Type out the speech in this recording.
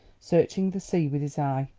searching the sea with his eye.